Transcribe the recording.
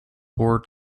poor